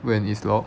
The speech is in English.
when is locked